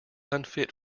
unfit